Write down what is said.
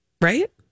right